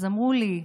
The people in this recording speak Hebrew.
אז אמרו לי,